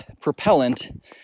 propellant